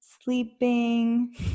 sleeping